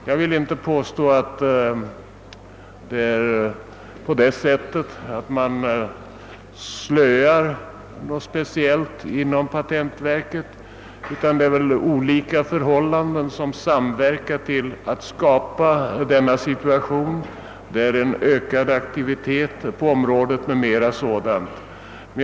Jag vill inte påstå att man på något sätt skulle slöa inom patentverket, utan denna situation har väl uppstått på grund av olika samverkande förhållanden, bl.a. en ökad aktivitet på patentområdet.